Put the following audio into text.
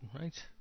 Right